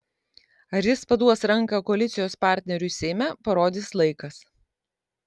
ar jis paduos ranką koalicijos partneriui seime parodys laikas